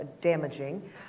damaging